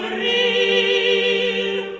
a